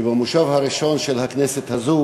שבמושב הראשון של הכנסת הזאת